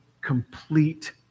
complete